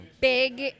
big